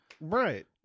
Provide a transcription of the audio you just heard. Right